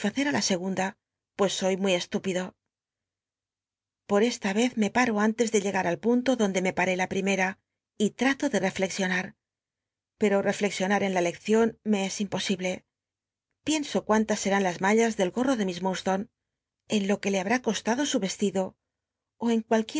i la segunda pues soy muy estúpido po e ta cz me paro antes de llega r al tlunlo donde me r aré la pimcl'a y trato de e fl exiona pero cllcxionat en la leccion me es imposible pirnso cminlas scün las mallas del goo de mi s ijurdslone en lo que le habrá costado su reslido ó en